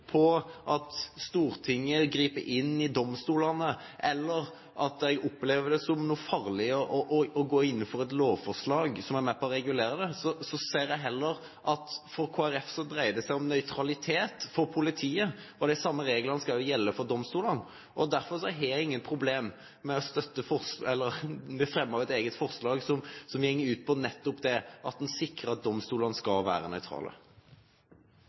på at Stortinget griper inn overfor domstolene eller opplever det som noe farlig å gå inn for et lovforslag som er med på å regulere det, så ser jeg det slik at for Kristelig Folkeparti dreier det seg om nøytralitet i politiet, og de samme reglene skal gjelde for domstolene. Derfor har jeg ingen problemer med å fremme et eget forslag som går nettopp ut på at en sikrer at domstolene skal være nøytrale.